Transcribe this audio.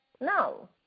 No